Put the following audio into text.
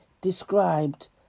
described